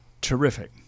Terrific